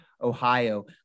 Ohio